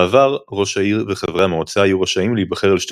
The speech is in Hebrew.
בעבר ראש העיר וחברי המועצה היו רשאים להיבחר לשתי